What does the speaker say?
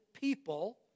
people